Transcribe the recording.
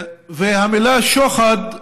והמילה "שוחד"